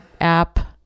app